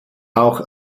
auch